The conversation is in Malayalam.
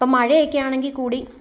ഇപ്പം മഴയൊക്കെ ആണെങ്കിൽ കൂടി